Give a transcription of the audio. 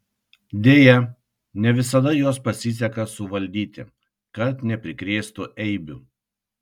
deja ne visada juos pasiseka suvaldyti kad neprikrėstų eibių